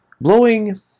Blowing